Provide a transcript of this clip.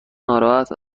ناراحت